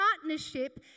partnership